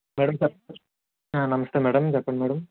madam చె నమస్తే madam చెప్పండి మ్యాడమ్